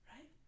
Right